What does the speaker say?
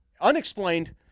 Unexplained